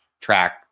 track